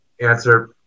answer